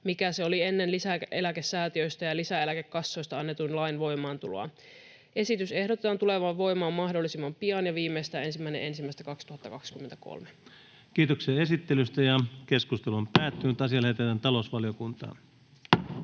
mikä se oli ennen lisäeläkesäätiöistä ja lisäeläkekassoista annetun lain voimaantuloa. Esitys ehdotetaan tulevan voimaan mahdollisimman pian ja viimeistään 1.1.2023. Lähetekeskustelua varten esitellään